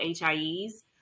HIEs